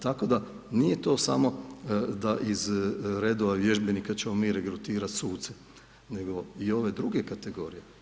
Tako da nije to samo da iz redova vježbenika ćemo mi regrutirati suce nego i ove druge kategorije.